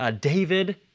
David